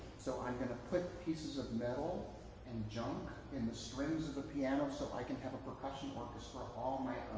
so i'm going to put pieces of metal and junk in the strings of the piano so i can have a percussion orchestra all my